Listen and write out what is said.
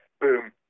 boom